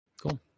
Cool